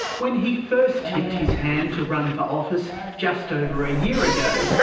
when he first tipped his hand to run for office just over a year ago,